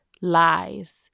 Lies